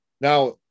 Now